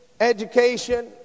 education